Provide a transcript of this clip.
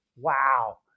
Wow